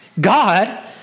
God